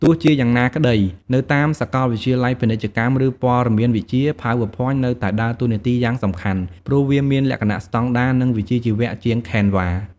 ទោះជាយ៉ាងណាក្ដី នៅតាមសកលវិទ្យាល័យពាណិជ្ជកម្ម ឬព័ត៌មានវិទ្យា PowerPoint នៅតែដើរតួនាទីយ៉ាងសំខាន់ ព្រោះវាមានលក្ខណៈស្ដង់ដារ និងវិជ្ជាជីវៈជាង Canva។